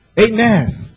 Amen